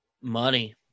Money